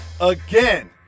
Again